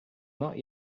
not